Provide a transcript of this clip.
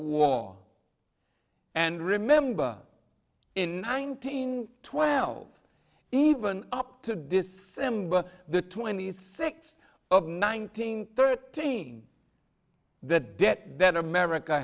war and remember in nineteen twelve even up to december the twenty six of nineteen thirteen that debt that america